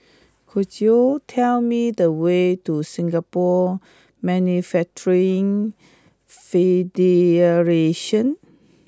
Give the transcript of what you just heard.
could you tell me the way to Singapore Manufacturing Federation